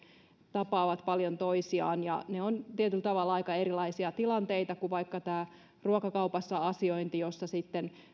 tapaavat paljon toisiaan ne ovat tietyllä tavalla aika erilaisia tilanteita kuin vaikka tämä ruokakaupassa asiointi jossa sitten